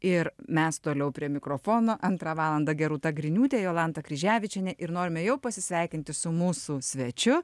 ir mes toliau prie mikrofono antrą valandą geruta griniūtė jolanta kryževičienė ir norime jau pasisveikinti su mūsų svečiu